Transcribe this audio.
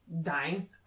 dying